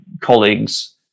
colleagues